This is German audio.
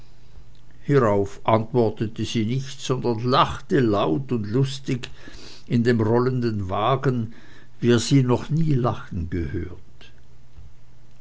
hierauf antwortete sie nichts sondern lachte laut und lustig in dem rollenden wagen wie er sie noch nie lachen gesehen